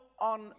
on